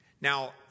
Now